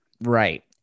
Right